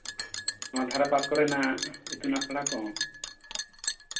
ᱱᱚᱶᱟ ᱫᱷᱟᱨᱮ ᱯᱟᱥ ᱠᱚᱨᱮᱱᱟᱜ ᱤᱛᱩᱱ ᱟᱥᱲᱟ ᱠᱚ